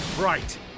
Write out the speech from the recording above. Right